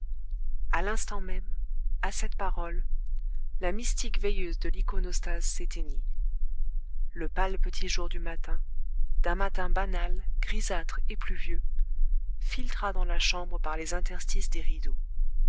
à l'instant même à cette parole la mystique veilleuse de l'iconostase s'éteignit le pâle petit jour du matin d'un matin banal grisâtre et pluvieux filtra dans la chambre par les interstices des rideaux